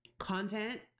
content